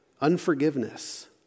unforgiveness